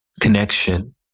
connection